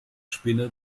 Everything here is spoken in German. spinne